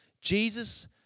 Jesus